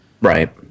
right